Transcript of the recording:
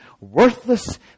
Worthless